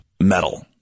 metal